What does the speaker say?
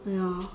ya